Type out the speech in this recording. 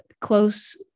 close